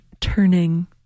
Turning